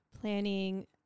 planning